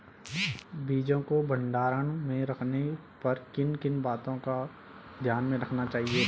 बीजों को भंडारण में रखने पर किन किन बातों को ध्यान में रखना चाहिए?